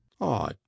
Oh